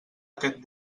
aquest